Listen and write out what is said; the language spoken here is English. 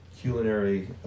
culinary